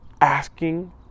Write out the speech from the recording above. Asking